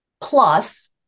plus